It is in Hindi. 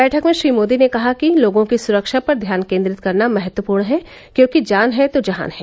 बैठक में श्री मोदी ने कहा कि लोगों की सुरक्षा पर ध्यान केंद्रित करना महत्वपूर्ण है क्योंकि जान है तो जहान है